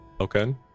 Okay